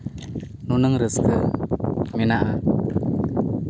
ᱱᱩᱱᱟᱹᱜ ᱨᱟᱹᱥᱠᱟᱹ ᱢᱮᱱᱟᱜᱼᱟ